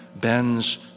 bends